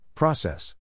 Process